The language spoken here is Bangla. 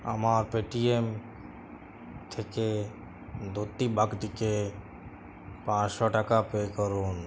আমার পেটিএম থেকে দ্যুতি বাগদিকে পাঁশশো টাকা পে করুন